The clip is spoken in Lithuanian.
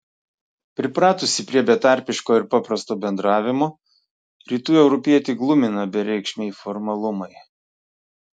pripratusį prie betarpiško ir paprasto bendravimo rytų europietį glumina bereikšmiai formalumai